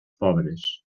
pobres